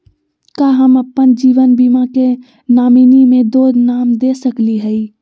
का हम अप्पन जीवन बीमा के नॉमिनी में दो नाम दे सकली हई?